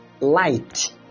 light